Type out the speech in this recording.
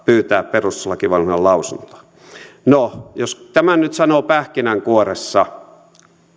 pyytää perustuslakivaliokunnan lausuntoa no jos tämän nyt sanoo pähkinänkuoressa